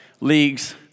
leagues